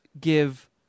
give